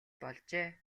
болжээ